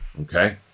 okay